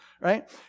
right